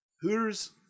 Hooters-